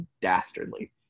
dastardly